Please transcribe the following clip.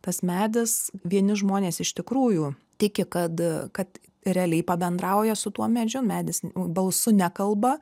tas medis vieni žmonės iš tikrųjų tiki kad kad realiai pabendrauja su tuo medžiu medis balsu nekalba